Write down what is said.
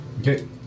Okay